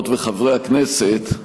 חברות וחברי הכנסת,